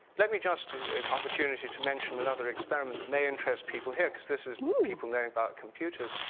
let me just to an opportunity to mention another experiment that may interest people here, because this is people learning about computers.